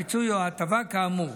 הפיצוי או ההטבה, כאמור.